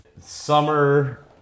Summer